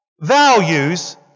values